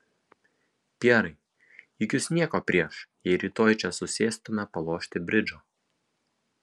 pjerai juk jūs nieko prieš jei rytoj čia susėstumėme palošti bridžo